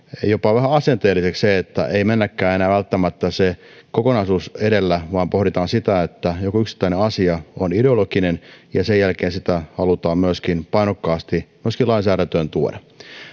jopa vähän asenteelliseksi niin että ei mennäkään enää välttämättä se kokonaisuus edellä vaan pohditaan sitä että joku yksittäinen asia on ideologinen ja sen jälkeen sitä halutaan myöskin painokkaasti lainsäädäntöön tuoda